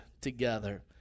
together